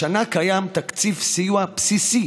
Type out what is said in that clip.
השנה קיים תקציב סיוע בסיסי